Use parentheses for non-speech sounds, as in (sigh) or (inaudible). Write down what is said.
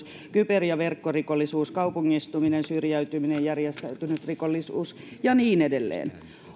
(unintelligible) kyber ja verkkorikollisuus kaupungistuminen syrjäytyminen järjestäytynyt rikollisuus ja niin edelleen